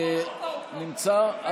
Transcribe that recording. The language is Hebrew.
נמצא?